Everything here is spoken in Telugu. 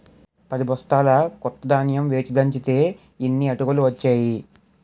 పదిబొస్తాల కొత్త ధాన్యం వేచి దంచితే యిన్ని అటుకులు ఒచ్చేయి